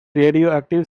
radioactive